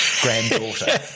granddaughter